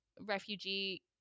refugee